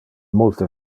multe